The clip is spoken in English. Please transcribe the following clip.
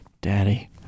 Daddy